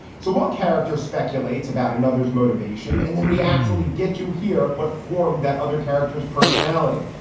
so one character speculates about another's motivation. and then we actually get to hear what form that other characters personality.